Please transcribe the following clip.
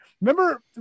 Remember